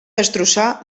destrossar